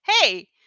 Hey